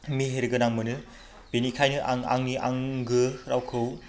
मेहेर गोनां मोनो बेनिखायनो आं आंनि आंगो रावखौ